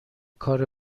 کار